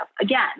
Again